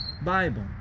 Bible